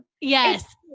Yes